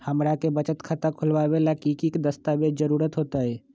हमरा के बचत खाता खोलबाबे ला की की दस्तावेज के जरूरत होतई?